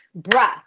bruh